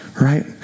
Right